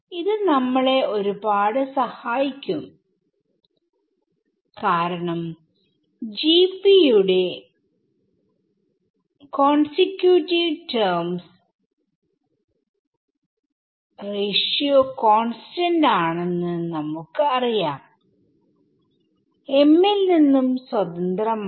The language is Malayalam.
ഇത് നമ്മളെ ഒരു പാട് സഹായിക്കും കാരണം GP യുടെ കോണ്സിക്യൂട്ടീവ് ടെർമുകളുടെ റേഷിയോ കോൺസ്റ്റന്റ് ആണെന്ന് നമുക്ക് അറിയാം m ൽ നിന്നും സ്വാതന്ത്രമായി